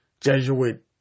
Jesuit